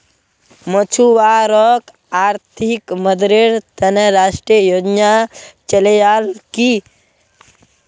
मछुवारॉक आर्थिक मददेर त न राष्ट्रीय योजना चलैयाल की